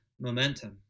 momentum